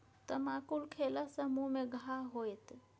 तमाकुल खेला सँ मुँह मे घाह होएत